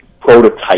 prototype